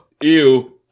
Ew